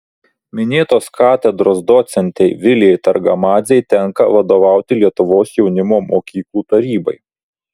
minėtos katedros docentei vilijai targamadzei tenka vadovauti lietuvos jaunimo mokyklų tarybai